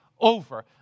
over